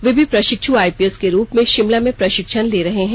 वे भी प्रशिक्षु आईपीएस के रूप में शिमला में प्रशिक्षण ले रहे हैं